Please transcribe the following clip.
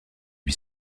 lui